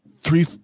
three